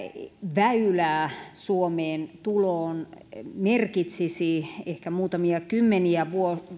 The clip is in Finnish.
väylää suomeen tuloon merkitsisi ehkä muutamia kymmeniä